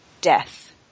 death